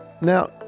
now